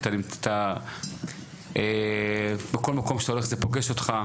כי אתה בכל מקום שאתה הולך זה פוגש אותך,